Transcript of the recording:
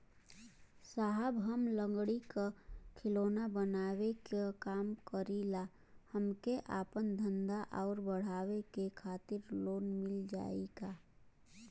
साहब हम लंगड़ी क खिलौना बनावे क काम करी ला हमके आपन धंधा अउर बढ़ावे के खातिर लोन मिल जाई का?